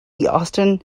austin